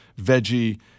veggie